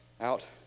out